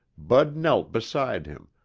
bud knelt beside him,